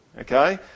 okay